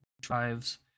drives